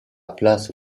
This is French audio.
place